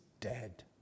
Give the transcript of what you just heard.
dead